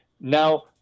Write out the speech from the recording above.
now